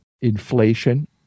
inflation